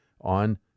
on